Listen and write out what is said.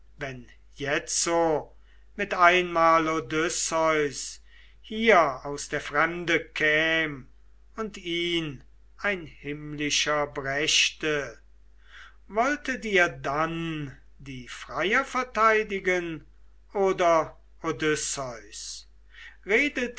wenn jetzo mit einmal odysseus hier aus der fremde käm und ihn ein himmlischer brächte wolltet ihr dann die freier verteidigen oder odysseus